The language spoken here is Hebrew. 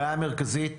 הבעיה המרכזית